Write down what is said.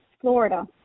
Florida